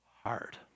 hard